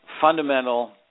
fundamental